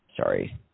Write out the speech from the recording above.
Sorry